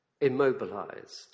immobilized